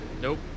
Nope